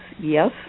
yes